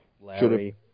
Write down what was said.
Larry